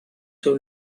seu